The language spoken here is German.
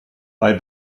bei